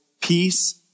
peace